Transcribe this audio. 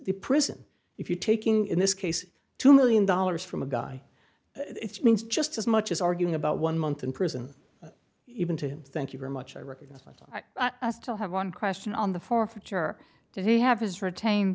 the prison if you're taking in this case two million dollars from a guy it's means just as much as arguing about one month in prison even to thank you very much i recognise when i asked to have one question on the forfeiture did he have his retain